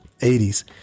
80s